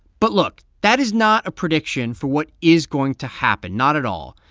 but look that is not a prediction for what is going to happen not at all.